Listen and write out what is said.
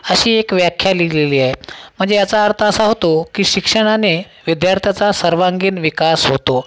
अशी एक व्याख्या लिहिलेली आहे म्हणजे याचा अर्थ असा होतो की शिक्षणाने विद्यार्थ्याचा सर्वांगीण विकास होतो